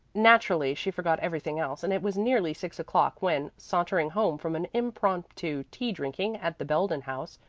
naturally she forgot everything else and it was nearly six o'clock when, sauntering home from an impromptu tea-drinking at the belden house,